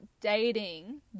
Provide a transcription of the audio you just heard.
dating